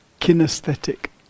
kinesthetic